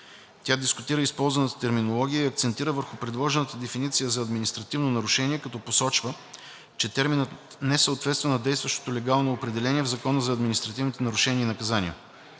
Тя дискутира използваната терминология и акцентира върху предложената дефиниция за административно нарушение, като посочва, че терминът не съответства на действащото легално определение в Закона за административните нарушения и наказания.